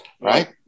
right